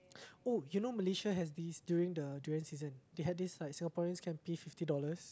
oh you know Malaysia has this during the durian season they had this like Singaporeans can pay fifty dollars